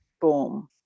Boom